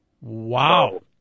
Wow